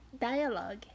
Dialogue